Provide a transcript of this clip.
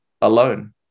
alone